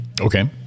Okay